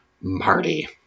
Marty